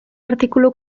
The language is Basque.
artikulu